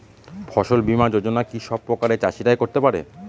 ফসল বীমা যোজনা কি সব প্রকারের চাষীরাই করতে পরে?